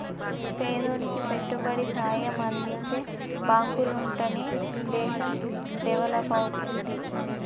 పేదోనికి పెట్టుబడి సాయం అందించే బాంకులుంటనే దేశం డెవలపవుద్ది